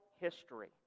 history